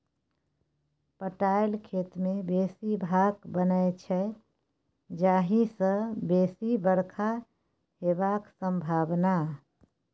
पटाएल खेत मे बेसी भाफ बनै छै जाहि सँ बेसी बरखा हेबाक संभाबना